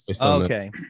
Okay